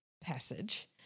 passage